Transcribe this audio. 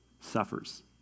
suffers